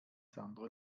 sandro